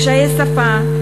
קשיי שפה,